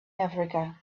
africa